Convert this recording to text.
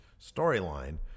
Storyline